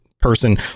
person